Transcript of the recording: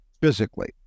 physically